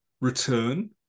return